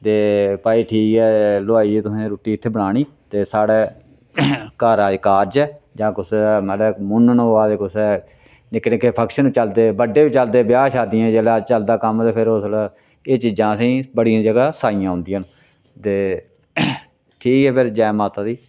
दे भई ठीक ऐ लोहाई एह् तुसें रुटटी इत्थै बनानी ते साढ़ै घरा च कारज ऐ जां कुसै मतलबै मून्नन होआ दे कुसै निक्के निक्के फंक्शन चलदे बड्डे बी चलदे ब्याह् शादियें जेल्लै चलदा कम्म तां फेर ओसलै एह् चीजां असेंगी बड़ियां जगह् साईंया औंदियां न ते ठीक ऐ फेर जै माता दी